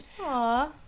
Aww